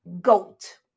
GOAT